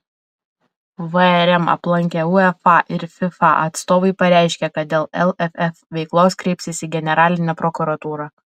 vrm aplankę uefa ir fifa atstovai pareiškė kad dėl lff veiklos kreipsis į generalinę prokuratūrą